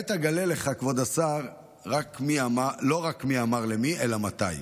כעת אגלה לך, כבוד השר, לא רק מי אמר למי אלא מתי.